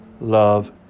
love